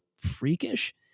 freakish